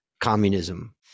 Communism